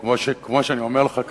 כמו שאני אומר לך,